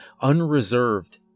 unreserved